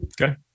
Okay